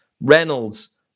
Reynolds